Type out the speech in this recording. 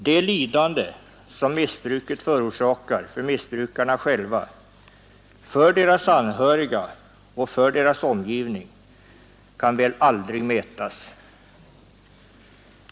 Det lidande som missbruket förorsakar för missbrukarna själva, för deras anhöriga och för omgivningen kan väl aldrig mätas.